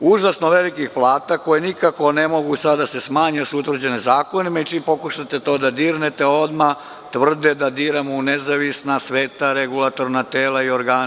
užasno velikih plata koje nikako ne mogu sada da se smanje jer su utvrđene zakonom i čim pokušate to da dirnete odmah tvrde da diramo u nezavisna sveta regulatorna tela i organe.